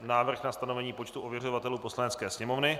Návrh na stanovení počtu ověřovatelů Poslanecké sněmovny